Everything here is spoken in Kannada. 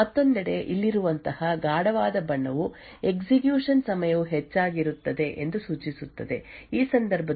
ಮತ್ತೊಂದೆಡೆ ಇಲ್ಲಿರುವಂತಹ ಗಾಢವಾದ ಬಣ್ಣವು ಎಕ್ಸಿಕ್ಯೂಶನ್ ಸಮಯವು ಹೆಚ್ಚಾಗಿರುತ್ತದೆ ಎಂದು ಸೂಚಿಸುತ್ತದೆ ಈ ಸಂದರ್ಭದಲ್ಲಿ ಪಿ ಐ P i ಪ್ರಕ್ರಿಯೆಯು ಕ್ಯಾಶ್ ಮಿಸ್ ಗಳನ್ನು ಉಂಟುಮಾಡುತ್ತದೆ